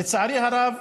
לצערי הרב,